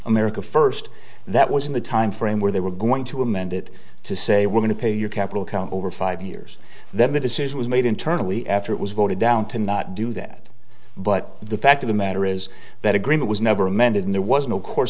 america first that was in the timeframe where they were going to amend it to say we're going to pay your capital account over five years then the decision was made internally after it was voted down to not do that but the fact of the matter is that agreement was never amended and there was no course